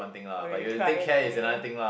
okay cry like meh